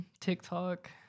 TikTok